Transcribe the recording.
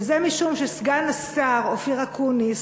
וזה משום שסגן השר אופיר אקוניס,